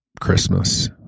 Christmas